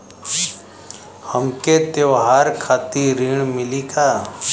हमके त्योहार खातिर ऋण मिली का?